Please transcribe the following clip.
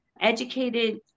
educated